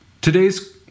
Today's